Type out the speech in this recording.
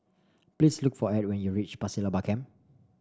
please look for Edd when you reach Pasir Laba Camp